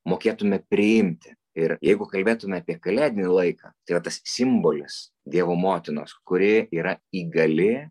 mokėtume priimti ir jeigu kalbėtume apie kalėdinį laiką tai yra tas simbolis dievo motinos kuri yra įgali